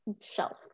shelf